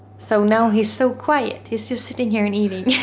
so now he's so quiet. he's just sitting here and eating yeah